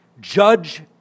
judge